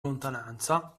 lontananza